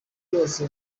byose